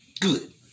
Good